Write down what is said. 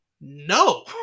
no